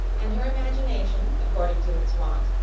and her imagination, according to its wont,